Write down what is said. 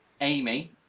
Amy